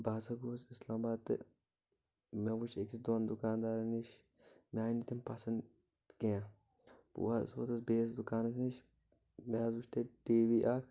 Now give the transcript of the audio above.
بہٕ ہسا گووُس اسلامباد تہٕ مےٚ وٕچھ أکِس دۄن دُکان دارن نِش مےٚ آیہِ نہٕ تِم پسنٛد کینٛہہ بہٕ حظ ووتُس بیٚیس دُکانس نِش مےٚ حظ وٕچھ تتہِ ٹی وی اکھ